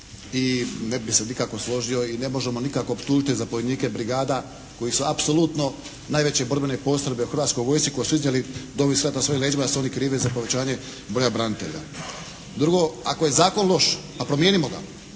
I ne bih se nikako složio i ne možemo nikako optužiti zapovjednike briga koji su apsolutno najveće borbene postrojbe u hrvatskoj vojsci koji su iznijeli Domovinski rat na svojim leđima da su oni krivi za povećanje broja branitelja. Drugo, ako je zakon loš, pa promijenimo ga,